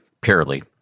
purely